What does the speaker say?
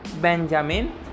Benjamin